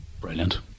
Brilliant